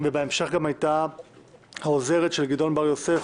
ובהמשך גם הייתה העוזרת של גדעון בר-יוסף,